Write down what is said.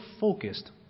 focused